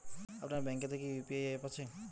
আপনার ব্যাঙ্ক এ তে কি ইউ.পি.আই অ্যাপ আছে?